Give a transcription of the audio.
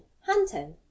Hunting